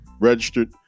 registered